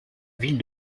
ville